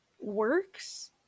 works